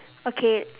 okay